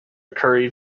curry